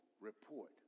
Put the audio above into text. report